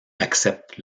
acceptent